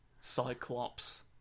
Cyclops